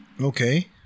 Okay